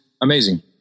amazing